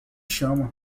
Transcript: chama